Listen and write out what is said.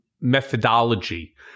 methodology